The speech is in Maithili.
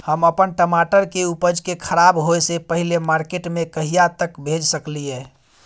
हम अपन टमाटर के उपज के खराब होय से पहिले मार्केट में कहिया तक भेज सकलिए?